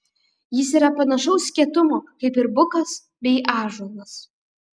jis yra panašaus kietumo kaip ir bukas bei ąžuolas